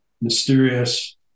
mysterious